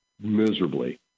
miserably